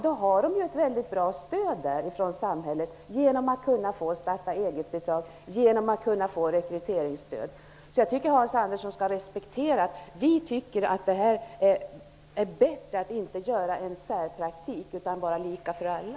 De har ett bra stöd från samhället genom starta-eget-bidraget och genom möjligheten till rekryteringsstöd. Jag tycker att Hans Andersson skall respektera att vi tycker att det är bättre att inte ha någon särpraktik utan en praktik som är lika för alla.